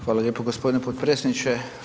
Hvala lijepo gospodine potpredsjedniče.